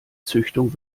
züchtung